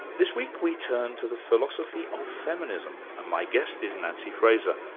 this week we turn to the philosophy of feminism, and my guest is nancy fraser,